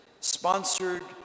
sponsored